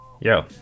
Yo